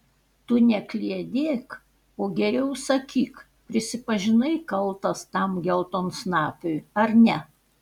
tu nekliedėk o geriau sakyk prisipažinai kaltas tam geltonsnapiui ar ne